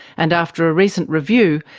and after a recent review,